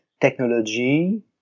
technology